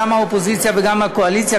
גם מהאופוזיציה וגם מהקואליציה,